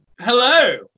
Hello